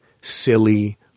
silly